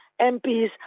MPs